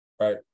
Right